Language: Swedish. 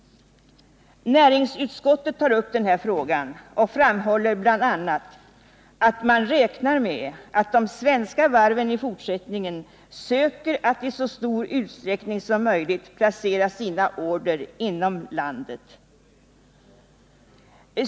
Näringsutskottet tar upp den här frågan och framhåller bl.a. att man räknar med att de svenska varven i fortsättningen söker att i så stor utsträckning som möjligt placera sina order inom landet.